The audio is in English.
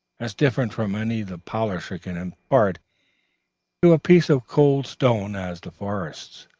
as different from any the polisher can impart to a piece of cold stone as the forests,